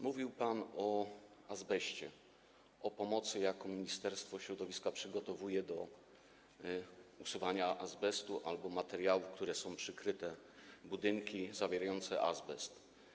Mówił pan o azbeście, o pomocy, jaką Ministerstwo Środowiska przygotowuje w odniesieniu do usuwania azbestu albo materiałów, którymi są przykryte budynki, zawierających azbest.